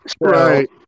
Right